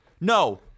No